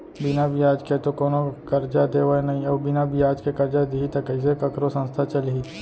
बिना बियाज के तो कोनो करजा देवय नइ अउ बिना बियाज के करजा दिही त कइसे कखरो संस्था चलही